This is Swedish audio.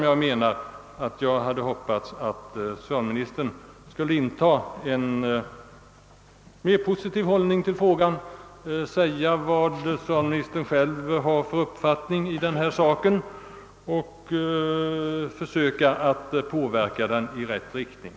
Jag hade hoppats att socialministern skulle inta en mera positiv hållning till frågan, att han skulle redovisa sin egen syn på saken och att han skulle lova att försöka påverka utvecklingen i rätt riktning.